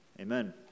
amen